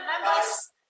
members